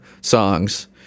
songs